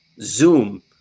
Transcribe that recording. Zoom